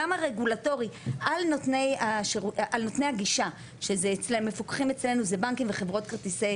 גם הרגולטורי על נותני הגישה שזה מפוקחים אצלנו שזה בנקים וחברות כרטיסי